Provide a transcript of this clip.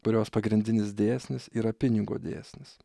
kurios pagrindinis dėsnis yra pinigo dėsnis